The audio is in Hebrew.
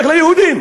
פרופסור אהוד גודס,